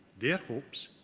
their hopes,